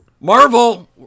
Marvel